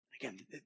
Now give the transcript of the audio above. Again